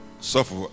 Suffer